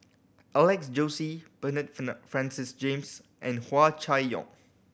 Alex Josey Bernard Francis James and Hua Chai Yong